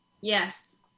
Yes